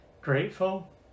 grateful